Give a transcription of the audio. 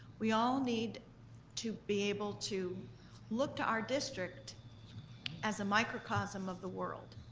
we all need to be able to look to our district as a micro chasm of the world,